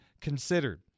considered